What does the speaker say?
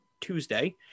tuesday